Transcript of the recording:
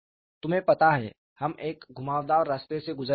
तुम्हें पता है हम एक घुमावदार रास्ते से गुजर चुके हैं